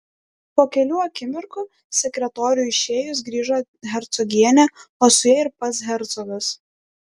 po kelių akimirkų sekretoriui išėjus grįžo hercogienė o su ja ir pats hercogas